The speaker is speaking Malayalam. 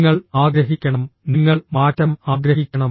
നിങ്ങൾ ആഗ്രഹിക്കണം നിങ്ങൾ മാറ്റം ആഗ്രഹിക്കണം